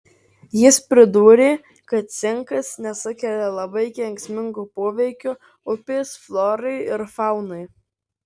jis pridūrė kad cinkas nesukelia labai kenksmingo poveikio upės florai ir faunai